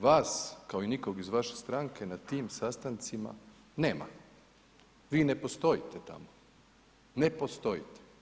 Vas, kao i nikog iz vaše stranke na tim sastancima nema, vi ne postojite tamo, ne postojite.